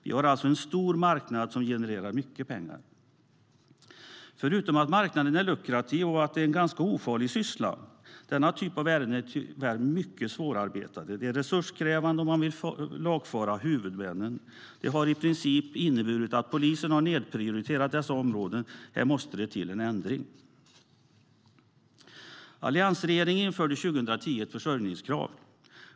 Vi har alltså en stor marknad som genererar mycket pengar. Alliansregeringen införde 2010 ett försörjningskrav.